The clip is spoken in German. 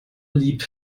lieb